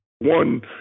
One